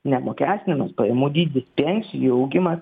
neapmokestinamas pajamų dydis pensijų augimas